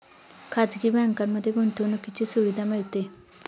खाजगी बँकांमध्ये गुंतवणुकीची सुविधा मिळते